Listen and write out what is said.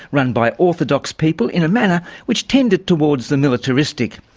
run by orthodox people in manner which tended towards the militaristic.